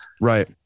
Right